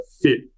fit